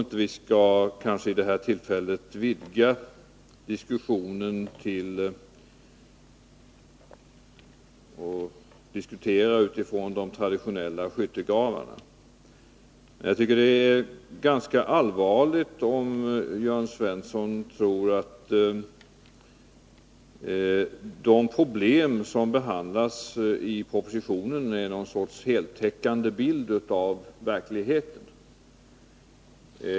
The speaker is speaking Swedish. Jag tror kanske inte att vi vid det här tillfället skall vidga diskussionen och föra den utifrån de traditionella skyttegravarna, men jag tycker det är ganska allvarligt om Jörn Svensson tror att de problem som behandlas i propositionen ger någon sorts heltäckande bild av verkligheten.